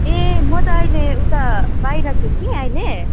ए म त अहिले उता बाहिर छु कि अहिले